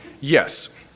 Yes